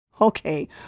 Okay